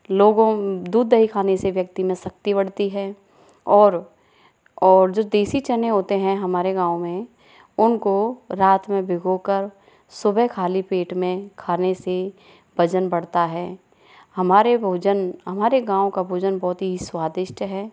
लोगों दूध दही खाने से व्यक्ति में शक्ति बढ़ती है और और जो देसी चने होते हैं हमारे गाँव में उनको रात में भिगो कर सुबह खाली पेट में खाने से वजन बढ़ता है हमारे भोजन हमारे गाँव का भोजन बहुत ही स्वादिष्ट है